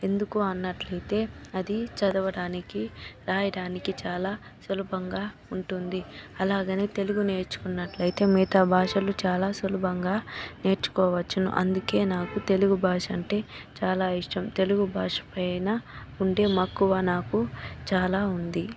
ఎందుకు అన్నట్లైతే అది చదవడానికి రాయడానికి చాలా సులభంగా ఉంటుంది అలాగే తెలుగు నేర్చుకున్నట్లయితే మిగతా భాషలు చాలా సులభంగా నేర్చుకోవచ్చును అందుకే నాకు తెలుగు భాష అంటే చాలా ఇష్టము తెలుగు భాషపైన ఉండే మక్కువ నాకు చాలా ఉంది